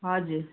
हजुर